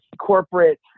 corporate